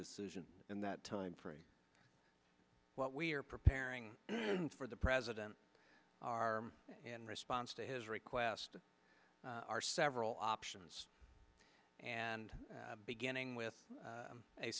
decision in that timeframe what we're preparing for the president are in response to his request are several options and beginning with